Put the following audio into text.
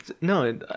No